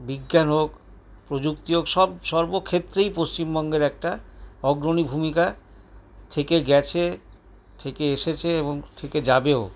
বিজ্ঞান হোক প্রযুক্তি হোক সব সর্বক্ষেত্রেই পশ্চিমবঙ্গের একটা অগ্রণী ভূমিকা থেকে গেছে থেকে এসেছে এবং থেকে যাবেও